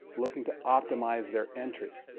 looking to optimize their entries.